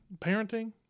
parenting